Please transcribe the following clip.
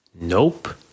Nope